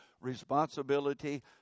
responsibility